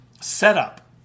setup